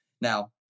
Now